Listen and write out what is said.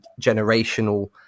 generational